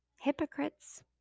Hypocrites